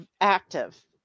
active